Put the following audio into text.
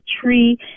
tree